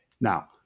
Now